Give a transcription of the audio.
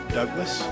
Douglas